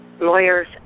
lawyers